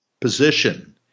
position